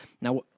Now